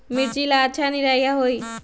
मिर्च ला अच्छा निरैया होई?